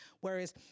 Whereas